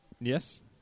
yes